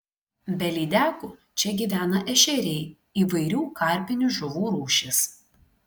be lydekų čia gyvena ešeriai įvairių karpinių žuvų rūšys